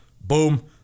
boom